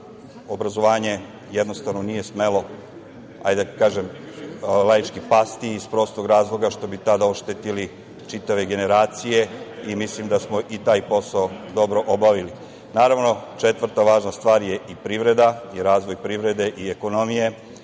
obrazovanje, jednostavno, nije smelo, hajde da kažem laički, pasti, iz prostog razloga što bi tada oštetili čitave generacije i mislim da smo i taj posao dobro obavili. Naravno, četvrta važna stvar je i privreda i razvoj privrede i ekonomije.